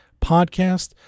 podcast